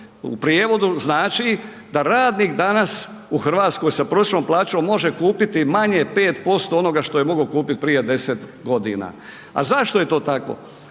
U prijevodu znači da radnik danas u Hrvatskoj sa prosječnom plaćom može kupiti manje 5% onoga što je mogao kupiti prije 10 godina. A zašto je to tako?